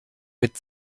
mit